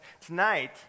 tonight